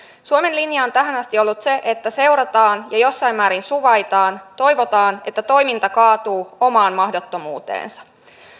suomen linja on tähän asti ollut se että seurataan ja jossain määrin suvaitaan toivotaan että toiminta kaatuu omaan mahdottomuuteensa